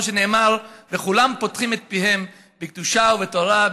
כמו שנאמר: "וכולם פותחים את פיהם בקדושה ובתורה,